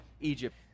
Egypt